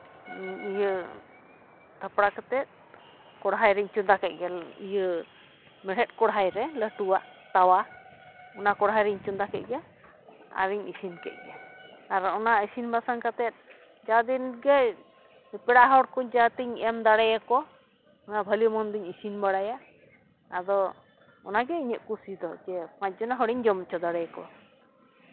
ᱤᱭᱟᱹ ᱛᱷᱟᱯᱲᱟ ᱠᱟᱛᱮᱫ ᱠᱚᱲᱦᱟᱭ ᱨᱤᱧ ᱪᱚᱸᱫᱟ ᱠᱮᱫ ᱜᱮ ᱤᱭᱟᱹ ᱢᱮᱲᱦᱮᱫ ᱠᱚᱲᱦᱟᱭ ᱨᱮ ᱞᱟᱹᱴᱩᱣᱟᱜ ᱛᱟᱣᱟ ᱚᱱᱟ ᱠᱚᱲᱦᱟ ᱨᱤᱧ ᱪᱚᱸᱫᱟ ᱠᱮᱫ ᱜᱮ ᱟᱨᱤᱧ ᱤᱥᱤᱱ ᱠᱮᱫ ᱜᱮ ᱟᱨ ᱚᱱᱟ ᱤᱥᱤᱱ ᱵᱟᱥᱟᱝ ᱠᱟᱛᱮᱫ ᱡᱟᱫᱤᱱ ᱜᱮ ᱯᱮᱲᱟ ᱦᱚᱲ ᱠᱚ ᱡᱚᱛᱚᱧ ᱮᱢ ᱫᱟᱲᱮᱭ ᱟᱠᱚ ᱵᱷᱟᱹᱞᱤ ᱢᱚᱱᱫᱚᱧ ᱤᱥᱤᱱ ᱵᱟᱲᱟᱭᱟ ᱟᱫᱚ ᱚᱱᱟᱜᱮ ᱤᱧᱟᱹᱜ ᱠᱩᱥᱤ ᱫᱚ ᱡᱮ ᱯᱟᱸᱪ ᱡᱚᱱᱟ ᱦᱚᱲᱤᱧ ᱡᱚᱢ ᱦᱚᱪᱚ ᱫᱟᱲᱮᱭ ᱠᱚᱣᱟ